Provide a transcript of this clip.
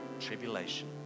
tribulation